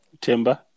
Timber